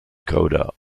coda